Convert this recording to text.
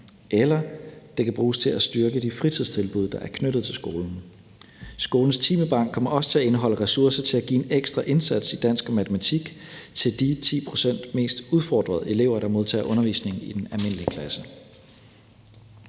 eller det kan bruges til at styrke de fritidstilbud, der er knyttet til skolen. Skolens timebank kommer også til at indeholde ressourcer til at give en ekstra indsats i dansk og matematik til de 10 pct. mest udfordrede elever, der modtager undervisning i den almindelige klasse.